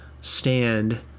stand